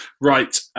Right